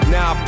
Now